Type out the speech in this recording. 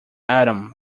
atom